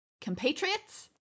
compatriots